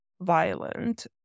violent